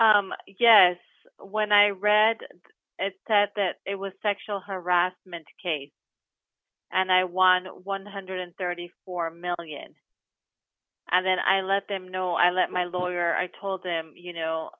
be yes when i read that that it was sexual harassment and i want one hundred and thirty four million and then i let them know i let my lawyer i told him you know